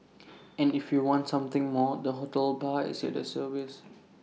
and if you want something more the hotel bar is at the service